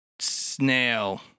snail